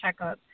checkups